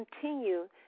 continue